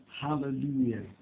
hallelujah